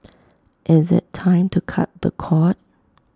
is IT time to cut the cord